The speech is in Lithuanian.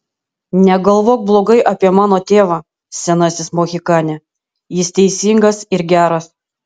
negalvok blogai apie mano tėvą senasis mohikane jis teisingas ir geras